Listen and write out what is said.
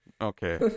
Okay